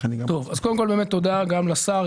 אז קודם כל באמת תודה גם לשר,